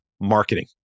marketing